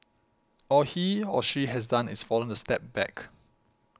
all he or she has done is fallen a step back